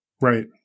Right